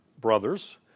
brothers